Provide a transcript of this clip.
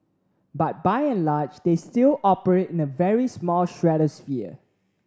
but by and large they still operate in a very small stratosphere